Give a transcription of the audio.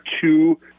two